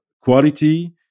quality